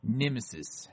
nemesis